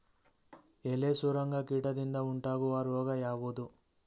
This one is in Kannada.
ಎಲೆ ಸುರಂಗ ಕೀಟದಿಂದ ಉಂಟಾಗುವ ರೋಗ ಯಾವುದು?